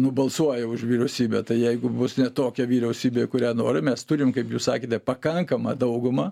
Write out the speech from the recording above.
nubalsuoja už vyriausybę tai jeigu bus ne tokia vyriausybė kurią norim mes turim kaip jūs sakėte pakankamą daugumą